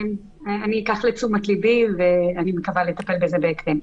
אני אקח לתשומת ליבי ואני מקווה לטפל בזה בהקדם.